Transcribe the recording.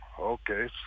okay